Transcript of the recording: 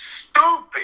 stupid